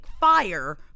fire